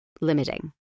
limiting